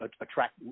attract –